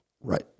right